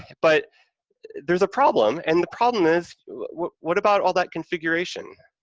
but there's a problem, and the problem is what what about all that configuration?